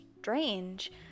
strange